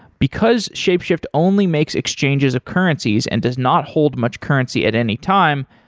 because shapeshift only makes exchanges of currencies and does not hold much currency at any time,